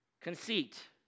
Conceit